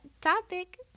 topic